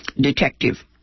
detective